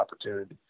opportunity